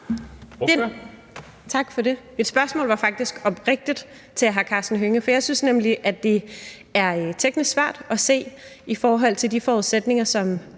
hr. Karsten Hønge var faktisk oprigtigt ment, for jeg synes nemlig, at det er teknisk svært at se i forhold til de forudsætninger, som